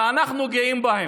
אנחנו גאים בהם.